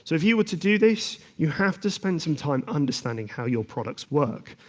so if you were to do this, you have to spend some time understanding how your products work,